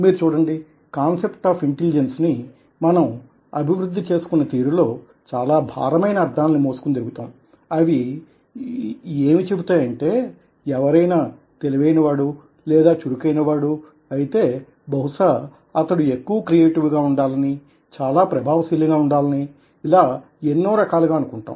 మీరు చూడండి concept of intelligence ని మనం అభివృద్ది చేసుకున్న తీరు లో చాలా భారమైన అర్ధాలని మోసుకుని తిరుగుతాం అవి ఏమి చెబుతాయంటే ఎవరైనా తెలివైనవాడూ లేదా చురుకైనవాడూ అయితే బహుసా అతడు ఎక్కువ క్రియేటివ్ గా వుండాలనీ చాలా ప్రభావశీలిగా వుండాలనీ యిలా ఎన్నో రకాలుగా అనుకుంటాం